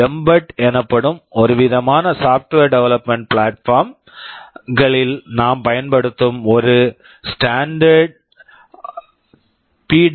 embed mbed எனப்படும் ஒருவிதமான software development platform software development platform களில் நாம் பயன்படுத்தும் ஒரு ஸ்டாண்டர்ட் standard பி